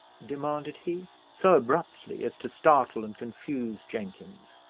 demanded he, so abruptly as to startle and confuse jenkins.